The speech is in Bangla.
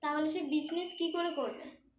তাহলে সে বিজনেস কী করে করবে